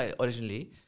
originally